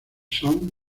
son